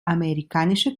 amerikanische